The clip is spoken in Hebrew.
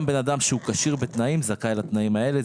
גם בן אדם שהוא כשיר בתנאים זכאי לתנאים האלה.